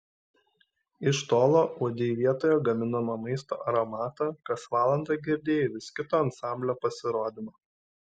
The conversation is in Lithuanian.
iš tolo uodei vietoje gaminamo maisto aromatą kas valandą girdėjai vis kito ansamblio pasirodymą